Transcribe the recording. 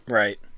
right